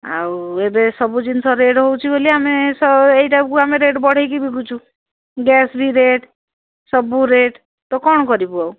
ଆଉ ଏବେ ସବୁ ଜିନିଷ ରେଟ୍ ହେଉଛି ବୋଲି ଆମେ ଏଇଟାକୁ ଆମେ ରେଟ୍ ବଢ଼େଇକି ବିକୁଛୁ ଗ୍ୟାସ ବି ରେଟ୍ ସବୁ ରେଟ୍ ତ କ'ଣ କରିବୁ ଆଉ